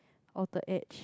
outer edge